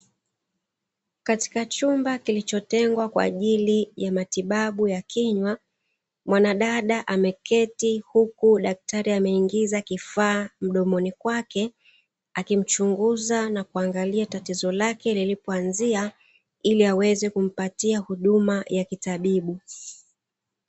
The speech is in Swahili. Katika chumba kilioco tengwa kwa ajili mya matibabu ya kinywa mwanadada ameketi, huku dakitari ameingiza kifaa mdomoni kwake, akimchunguza na kuangalia tatizo lilipoazia ili aweze kumpatia huduma za kitabibu.